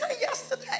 yesterday